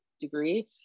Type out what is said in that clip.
degree